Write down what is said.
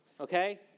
okay